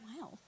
Wow